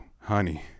honey